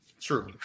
True